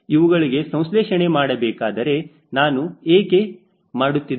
ಇವುಗಳಿಗೆ ಸಂಸ್ಲೇಷಣೆ ಮಾಡಬೇಕಾದರೆ ನಾನು ಏಕೆ ಮಾಡುತ್ತಿದ್ದೇನೆ